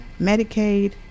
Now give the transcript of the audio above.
Medicaid